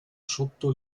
sotto